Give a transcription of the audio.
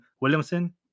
Williamson